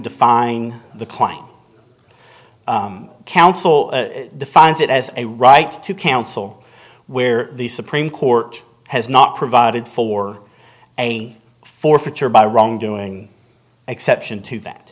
define the client council defines it as a right to counsel where the supreme court has not provided for a forfeiture by wrongdoing exception to that